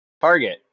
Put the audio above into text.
Target